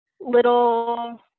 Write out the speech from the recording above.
little